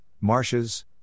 marshes